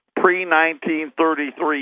pre-1933